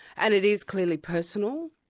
and it is clearly personal.